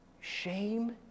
Shame